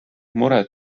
muret